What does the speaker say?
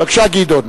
בבקשה, גדעון.